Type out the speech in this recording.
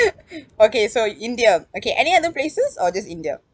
okay so india okay any other places or just india